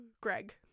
Greg